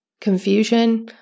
confusion